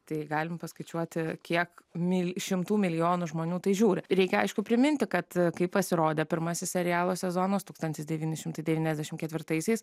tai galim paskaičiuoti kiek mil šimtų milijonų žmonių tai žiūri reikia aišku priminti kad kai pasirodė pirmasis serialo sezonas tūkstantis devyni šimtai devyniasdešimt ketvirtaisiais